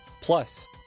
plus